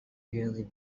really